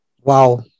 wow